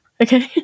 Okay